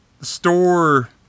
store